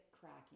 cracking